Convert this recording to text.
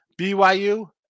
BYU